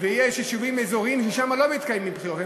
ויש יישובים אזוריים שבהם לא מתקיימות בחירות,